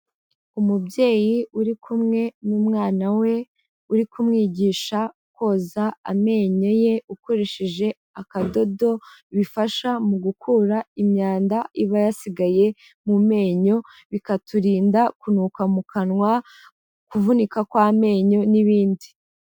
Umubyeyi uri kumwe n'umwana we, uri kumwigisha koza amenyo ye ukoresheje akadodo, bifasha mu gukura imyanda iba yasigaye mu menyo, bikaturinda kunuka mu kanwa, kuvunika kw'amenyo n'ibindi.